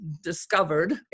discovered